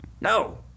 no